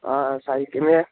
ਸਾਹਿਲ ਕਿਮੇਂ ਐ